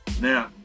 Now